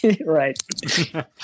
Right